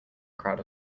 crowd